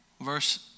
Verse